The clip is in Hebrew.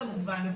כמובן,